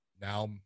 Now